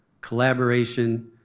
collaboration